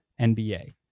NBA